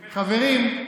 חברים,